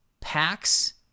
packs